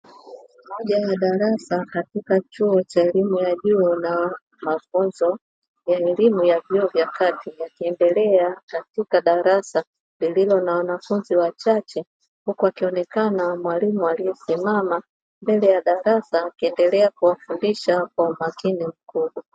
Moja ya darasa katika chuo cha elimu ya juu na mafunzo ya elimu ya vyuo vya kati yakiendelea katika darasa lililo na wanafunzi wachache, huku akionekana mwalimu aliyesimama mbele ya darasa akiendelea kuwafundisha kwa umakini mkubwa.